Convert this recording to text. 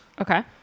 Okay